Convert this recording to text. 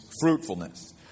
fruitfulness